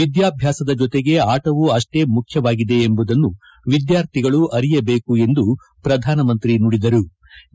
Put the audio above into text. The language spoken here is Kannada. ವಿದ್ಯಾಭ್ಯಾಸದ ಜೊತೆಗೆ ಆಟವೂ ಅಷ್ಟೇ ಮುಖ್ಯವಾಗಿದೆ ಎಂಬುದನ್ನು ವಿದ್ಯಾರ್ಥಿಗಳು ಅರಿಯಬೇಕು ಎಂದು ಪ್ರಧಾನಮಂತ್ರಿ ನರೇಂದ್ರ ಮೋದಿ ನುಡಿದರು